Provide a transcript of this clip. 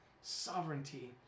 sovereignty